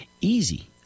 easy